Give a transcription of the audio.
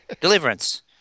Deliverance